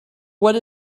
what